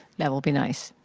that would be nice.